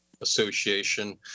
Association